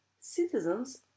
citizens